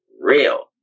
real